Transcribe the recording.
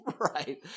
Right